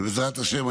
בעזרת השם,